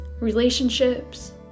relationships